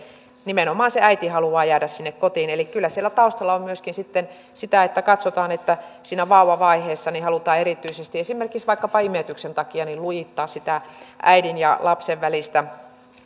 nimenomaan se äiti haluaa jäädä sinne kotiin kyllä siellä taustalla on myöskin sitten sitä että katsotaan että siinä vauvavaiheessa halutaan erityisesti esimerkiksi vaikkapa imetyksen takia lujittaa sitä äidin ja lapsen välistä